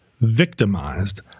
victimized